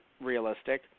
realistic